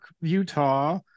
Utah